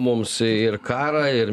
mums ir karą ir